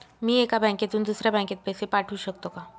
मी एका बँकेतून दुसऱ्या बँकेत पैसे पाठवू शकतो का?